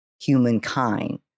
humankind